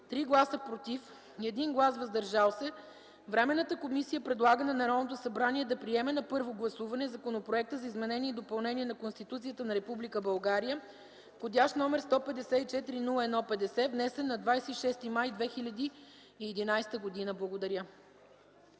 3 гласа “против” и 1 глас “въздържал се” Временната комисия предлага на Народното събрание да приеме на първо гласуване Законопроекта за изменение и допълнение на Конституцията на Република България, вх. № 154-01-50, внесен на 26 май 2011 г. от